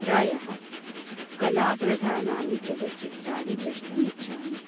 प्रायः कलाप्रधानानि चलच्चित्राणि द्रष्टुम् इच्छामि